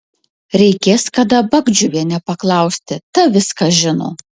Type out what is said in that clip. reikės kada bagdžiuvienę paklausti ta viską žino